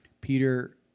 Peter